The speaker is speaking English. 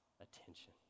attention